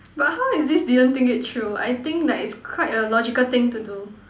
but how is this didn't think it through I think like it's quite a logical thing to do